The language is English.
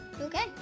okay